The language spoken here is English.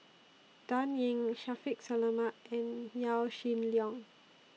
Dan Ying Shaffiq Selamat and Yaw Shin Leong